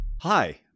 Hi